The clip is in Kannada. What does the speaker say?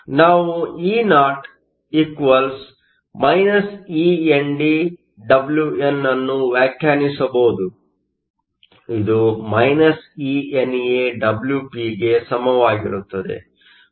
ನಾವು Eo eNDWn ಅನ್ನು ವ್ಯಾಖ್ಯಾನಿಸಬಹುದು ಇದು eNA Wp ಗೆ ಸಮವಾಗಿರುತ್ತದೆ